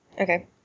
Okay